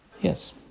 Yes